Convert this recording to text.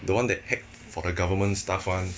the [one] that hack for the government stuff [one]